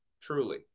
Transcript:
truly